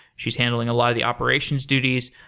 she's handling a lot of the operations duties,